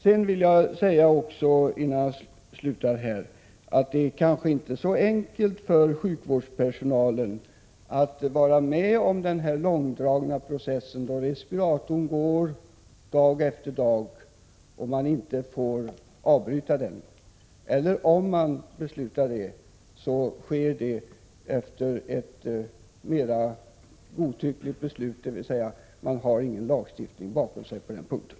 Sedan vill jag säga att det kanske inte är så enkelt för sjukvårdspersonalen att vara med om denna långdragna process då respiratorn går dag efter dag och man inte får stänga av den — och om man beslutar att stänga av den, så sker det efter ett godtyckligt beslut, dvs. man har ingen lagstiftning bakom sig på den punkten.